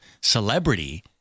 celebrity